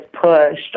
pushed